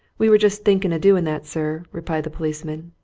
we were just thinking of doing that, sir, replied the policeman.